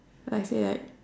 so I like